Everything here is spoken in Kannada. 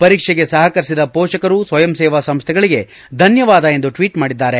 ಪರೀಕ್ಷೆಗೆ ಸಹಕರಿಸಿದ ಹೋಷಕರು ಸ್ವಯಂ ಸೇವಾ ಸಂಸ್ಥೆಗಳಿಗೆ ಧನ್ಲವಾದ ಎಂದು ಟ್ವೀಟ್ ಮಾಡಿದ್ದಾರೆ